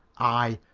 i,